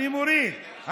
אני מוריד.